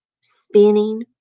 spinning